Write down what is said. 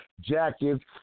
jackets